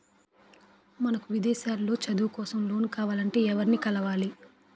నాకు విదేశాలలో చదువు కోసం లోన్ కావాలంటే ఎవరిని కలవాలి?